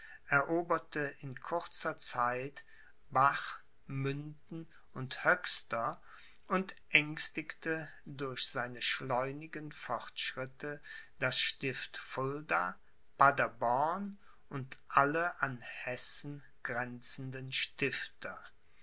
eroberte in kurzer zeit bach münden und höxter und ängstigte durch seine schleunigen fortschritte das stift fulda paderborn und alle an hessen grenzenden stifter